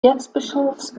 erzbischofs